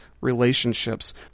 relationships